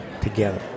together